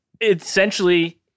essentially